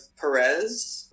Perez